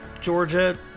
Georgia